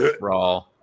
Raw